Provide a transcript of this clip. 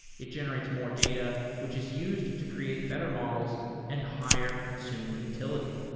it generates more data, which is used to create better models and higher consumer utility.